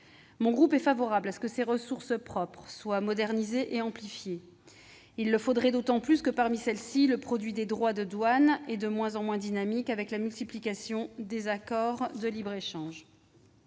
Mon groupe est favorable à ce que ces ressources propres soient modernisées et accrues. Il le faudrait d'autant plus que, parmi celles-ci, le produit des droits de douane est de moins en moins dynamique avec la multiplication des accords de libre-échange.